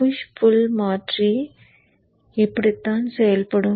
push pull மாற்றி இப்படித்தான் செயல்படும்